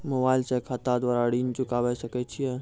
Mobile से खाता द्वारा ऋण चुकाबै सकय छियै?